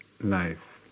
life